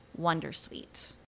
Wondersuite